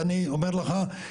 ואני אומר לך,